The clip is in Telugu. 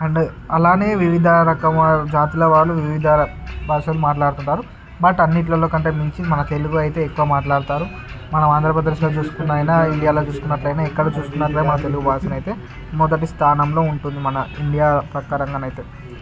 అండ్ అలాగే వివిధ రకాల జాతుల వాళ్ళు వివిధ బాషలు మాట్లాడుతుంటారు బట్ అన్నింటిలో కంటే మించి మన తెలుగు అయితే ఎక్కువ మాట్లాడతారు మనం ఆంధ్రప్రదేశ్లో చూసుకున్నా అయినా ఇండియాలో చూసుకున్నట్లైతే ఎక్కడ చూసుకున్నట్లైనా మన తెలుగు భాషనైతే మొదటి స్థానంలో ఉంటుంది మన ఇండియా ప్రక్క ప్రకారంగా అయితే